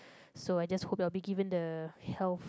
so I just hope you will be given the health